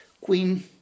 queen